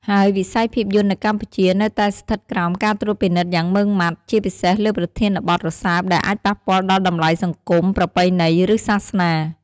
ហើយវិស័យភាពយន្តនៅកម្ពុជានៅតែស្ថិតក្រោមការត្រួតពិនិត្យយ៉ាងម៉ឺងម៉ាត់ ជាពិសេសលើប្រធានបទរសើបដែលអាចប៉ះពាល់ដល់តម្លៃសង្គម ប្រពៃណី ឬសាសនា។